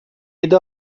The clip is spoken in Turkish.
yedi